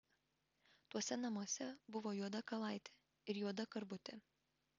tuose namuose buvo juoda kalaitė ir juoda karvutė